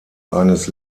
eines